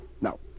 Now